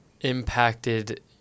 impacted